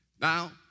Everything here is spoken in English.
Now